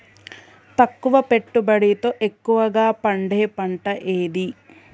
తక్కువ పెట్టుబడితో ఎక్కువగా పండే పంట ఏది?